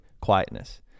quietness